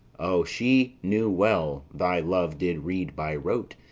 o, she knew well thy love did read by rote,